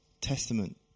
testament